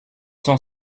sont